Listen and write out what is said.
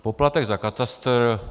Poplatek za katastr.